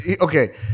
Okay